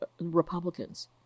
Republicans